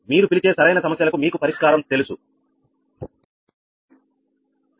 మీరు ఇవ్వబడిన గణిత సమస్యలకు పరిష్కారం తెలుసుకోగలరు